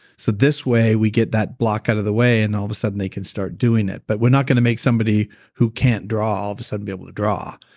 so this way we get that block out of the way and all of a sudden they can start doing it but we're not going to make somebody who can't draw all of a sudden be able to draw.